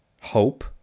hope